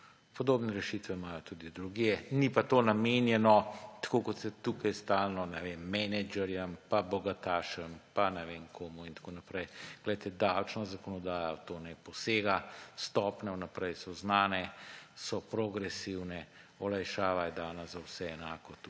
Podobne rešitve imajo tudi drugje, ni pa to namenjeno, tako kot se tukaj stalno govori, ne vem, menedžerjem pa bogatašem pa ne vem komu in tako naprej. Davčna zakonodaja v to ne posega, stopnje so znane vnaprej, so progresivne, olajšava je dana za vse enako. Tukaj